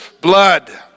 blood